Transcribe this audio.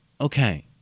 okay